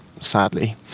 sadly